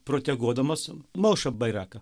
proteguodamas maušą bairaką